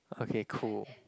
okay cool